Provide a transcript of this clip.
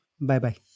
Bye-bye